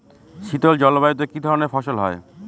শীতল জলবায়ুতে কি ধরনের ফসল হয়?